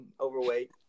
overweight